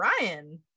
ryan